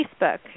Facebook